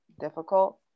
difficult